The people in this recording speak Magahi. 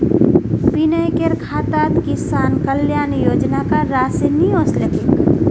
विनयकेर खातात किसान कल्याण योजनार राशि नि ओसलेक